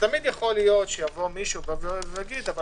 תמיד יכול להיות שיבוא מישהו ויגיד: אבל